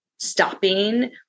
stopping